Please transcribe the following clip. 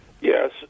Yes